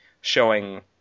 showing